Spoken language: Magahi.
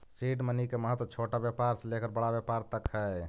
सीड मनी के महत्व छोटा व्यापार से लेकर बड़ा व्यापार तक हई